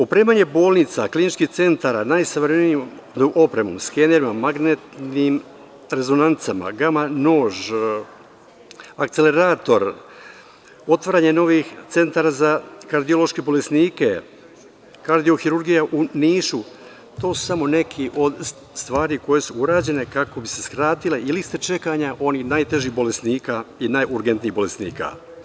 Opremanje bolnica i kliničkih centara najsavremenijom opremom, skenerom, magnetnim rezonancama, gama nožem, akcelerator, otvaranje novih centara za kardiološke bolesnike, kardio hirurgija u Nišu, to su samo neke od stvari koje su urađene kako bi se skratile i liste čekanja onih najtežih bolesnika i najurgentnijih bolesnika.